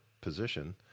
position